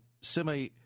semi